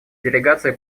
делегация